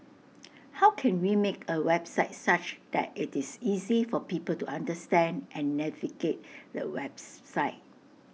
how can we make A website such that IT is easy for people to understand and navigate the webs site